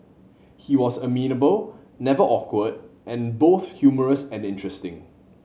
he was amenable never awkward and both humorous and interesting